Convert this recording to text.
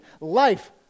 life